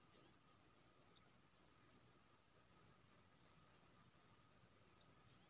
चाउर अउर गहुँम भारत मे सबसे बेसी उगाएल जाए वाला अनाज छै